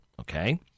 okay